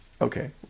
okay